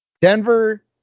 Denver